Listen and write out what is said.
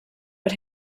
but